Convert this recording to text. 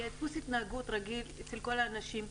יהיה דפוס התנהגות רגיל אצל כל האנשים,